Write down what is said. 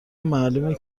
معلومه